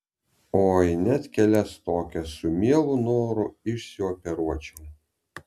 oi net kelias tokias su mielu noru išsioperuočiau